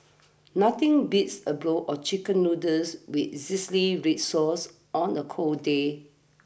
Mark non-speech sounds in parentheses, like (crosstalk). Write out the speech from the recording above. nothing beats a blow of Chicken Noodles with (unintelligible) red sauce on a cold day